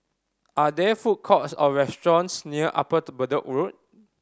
are there food courts or restaurants near Upper Bedok Road